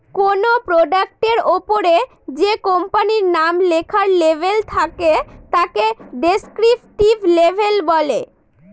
কোনো প্রোডাক্টের ওপরে যে কোম্পানির নাম লেখার লেবেল থাকে তাকে ডেস্ক্রিপটিভ লেবেল বলে